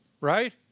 right